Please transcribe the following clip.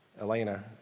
Elena